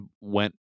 went